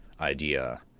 idea